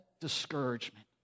discouragement